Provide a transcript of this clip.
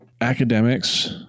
academics